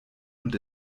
und